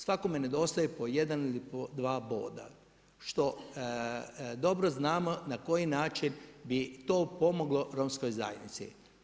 Svakome nedostaje po jedan ili po dva boda što dobro znamo na koji način bi to pomoglo romskoj zajednici.